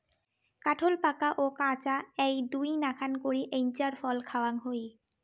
কাঠোল পাকা ও কাঁচা এ্যাই দুইনাকান করি ইঞার ফল খাওয়াং হই